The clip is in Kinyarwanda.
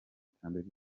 iterambere